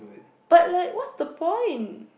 but like what's the point